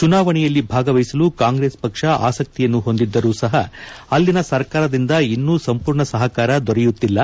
ಚುನಾವಣೆಯಲ್ಲಿ ಭಾಗವಹಿಸಲು ಕಾಂಗ್ರೆಸ್ ಪಕ್ಷ ಆಸಕಿಯನ್ನು ಹೊಂದಿದ್ದರೂ ಸಹ ಅಲ್ಲಿಯ ಸರ್ಕಾರದಿಂದ ಇನ್ನು ಸಂಪೂರ್ಣ ಸಹಕಾರ ದೊರೆಯುತ್ತಿಲ್ಲ